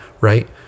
right